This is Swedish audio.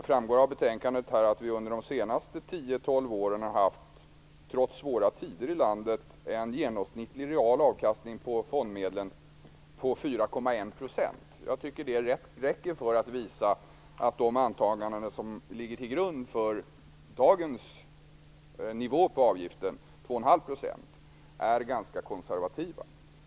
Som framgår av betänkandet har vi under de senaste tio till tolv åren, trots svåra tider i landet, haft en genomsnittlig real avkastning på fondmedlen om 4,1 %. Jag tycker att det räcker för att visa att de antaganden som ligger till grund för dagens nivå på avgiften, 2 1⁄2 %, är ganska konservativa.